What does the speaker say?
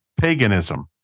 paganism